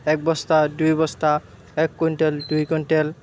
এক বস্তা দুই বস্তা এক কুইন্টেল দুই কুইন্টেল